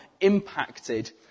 impacted